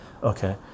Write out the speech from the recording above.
okay